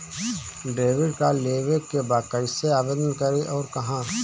Debit card लेवे के बा कइसे आवेदन करी अउर कहाँ?